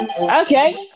Okay